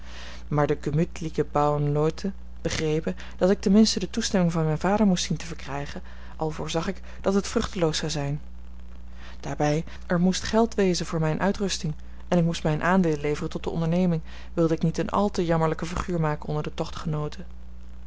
maar de gemüthliche bauernleute begrepen dat ik ten minste de toestemming van mijn vader moest zien te verkrijgen al voorzag ik dat het vruchteloos zou zijn daarbij er moest geld wezen voor mijne uitrusting en ik moest mijn aandeel leveren tot de onderneming wilde ik niet eene al te jammerlijke figuur maken onder de tochtgenooten